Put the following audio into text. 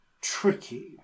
tricky